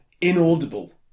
inaudible